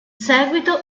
seguito